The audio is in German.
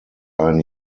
ein